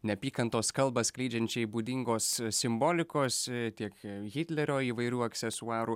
neapykantos kalbą skleidžiančiai būdingos simbolikos tiek hitlerio įvairių aksesuarų